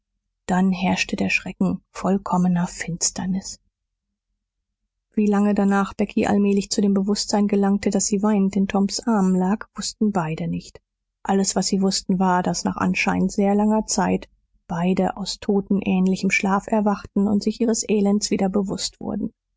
dann herrschte der schrecken vollkommener finsternis wie lange danach becky allmählich zu dem bewußtsein gelangte daß sie weinend in toms armen lag wußten beide nicht alles was sie wußten war daß nach anscheinend sehr langer zeit beide aus totenähnlichem schlaf erwachten und sich ihres elends wieder bewußt wurden